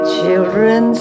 Children